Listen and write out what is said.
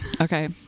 Okay